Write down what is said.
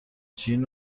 جین